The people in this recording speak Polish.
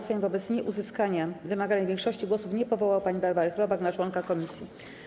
Sejm wobec nieuzyskania wymaganej większości głosów nie powołał pani Barbary Chrobak na członka komisji.